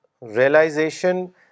realization